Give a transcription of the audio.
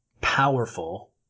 powerful